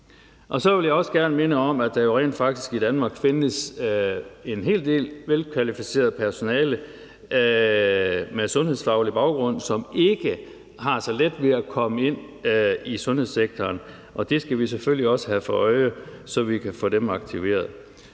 Og så vil jeg også gerne minde om, at der jo rent faktisk i Danmark findes en hel del velkvalificeret personale med sundhedsfaglig baggrund, som ikke har så let ved at komme ind i sundhedssektoren, og det skal vi selvfølgelig også have for øje, så vi kan få dem aktiveret.